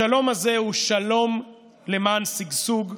השלום הזה הוא שלום למען שגשוג,